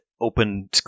open